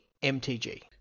mtg